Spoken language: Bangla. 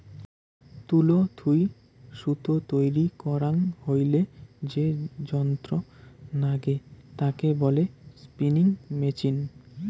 তুলো থুই সুতো তৈরী করাং হইলে যে যন্ত্র নাগে তাকে বলে স্পিনিং মেচিন